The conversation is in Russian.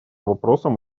вопросам